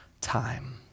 time